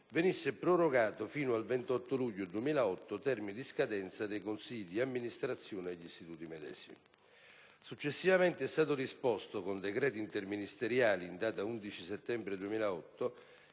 venisse prorogato fino al 28 luglio 2008, termine di scadenza dei consigli di amministrazione degli istituti medesimi. Successivamente è stato disposto, con decreti interministeriali in data 11 settembre 2008,